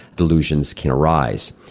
delusions can arise.